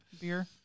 beer